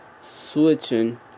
switching